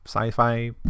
sci-fi